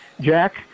Jack